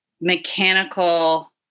mechanical